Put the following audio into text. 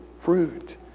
fruit